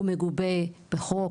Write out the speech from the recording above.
הוא מגובה בחוק?